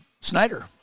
Snyder